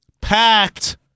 Packed